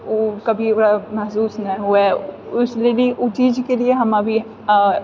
ओ कभी ओकरा महसूस नहि होइ ओ चीजके लिए हम अभी